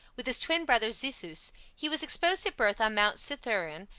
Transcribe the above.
with his twin brother zethus he was exposed at birth on mount cithaeron,